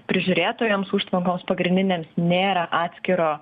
prižiūrėtojoms užtvankos pagrindinėms nėra atskiro